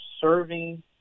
serving